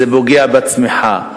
זה פוגע בצמיחה,